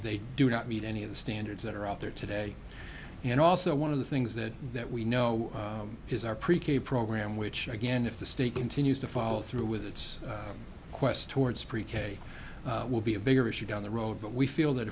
they do not meet any of the standards that are out there today and also one of the things that that we know is our pre k program which again if the state continues to follow through with its quest towards pre k will be a bigger issue down the road but we feel that